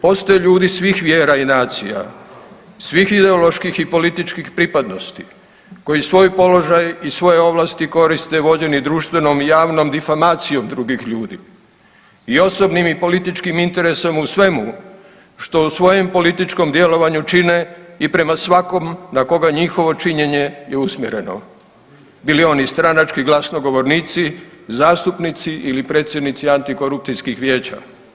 Postoje ljudi svih vjera i nacija, svih ideoloških i političkih pripadnosti koji svoj položaj i svoje ovlasti koriste vođeni društvenom i javnom difamacijom drugih ljudi i osobnim i političkim interesom u svemu što u svojem političkom djelovanju čine i prema svakom na koga njihovo činjenje je usmjereno bili oni stranački glasnogovornici, zastupnici ili predsjednici antikorupcijskih vijeća.